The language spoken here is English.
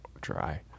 dry